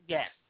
Yes